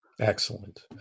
Excellent